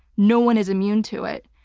no one is immune to it.